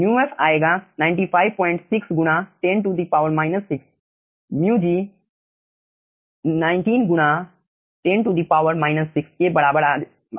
μf आएगा 956 गुणा 10 6 μg 19 गुणा10 6 के बराबर आएगा